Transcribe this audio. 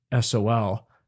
SOL